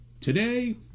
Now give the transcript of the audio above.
Today